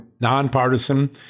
nonpartisan